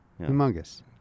Humongous